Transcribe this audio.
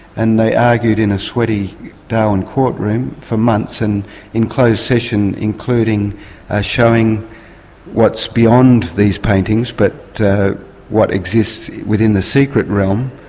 and they argued in a sweaty darwin courtroom for months, and in closed session, including ah showing what's beyond these paintings, but what exists within the secret realm,